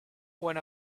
when